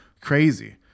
Crazy